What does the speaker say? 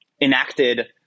enacted